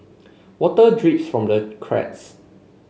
water drips from the cracks